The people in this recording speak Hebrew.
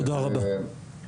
תודה רבה, רפול.